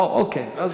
הגיעה השרה.